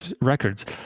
records